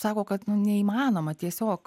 sako kad neįmanoma tiesiog